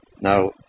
Now